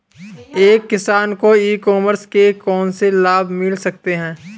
एक किसान को ई कॉमर्स के कौनसे लाभ मिल सकते हैं?